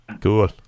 Cool